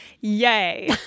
Yay